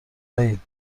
وحید